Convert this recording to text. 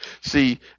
See